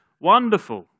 Wonderful